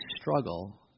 struggle